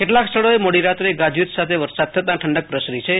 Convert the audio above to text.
કેટલાક સ્થળોએ મોડી રાત્રે ગાજવીજ સાથે વરસાદ થતાં ઠંડક પ્રસરી છ